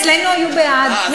אצלנו היו בעד.